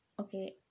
okay